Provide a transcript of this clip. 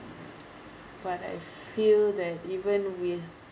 but I feel that even with